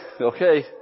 okay